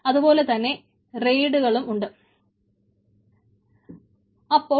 അതുപോലെ തന്നെ റെയ്ഡുകളും അതിൽ തന്നെയുണ്ട്